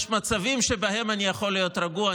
יש מצבים שבהם אני יכול להיות רגוע,